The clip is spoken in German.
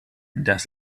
das